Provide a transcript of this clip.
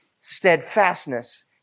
steadfastness